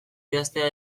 idaztea